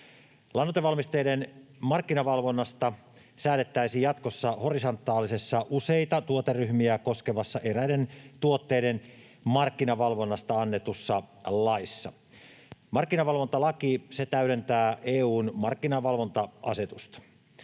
Lannoitevalmisteiden markkinavalvonnasta säädettäisiin jatkossa horisontaalisessa, useita tuoteryhmiä koskevassa eräiden tuotteiden markkinavalvonnasta annetussa laissa. Markkinavalvontalaki täydentää EU:n markkinavalvonta-asetusta.